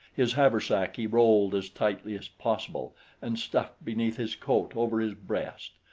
his haversack he rolled as tightly as possible and stuffed beneath his coat over his breast.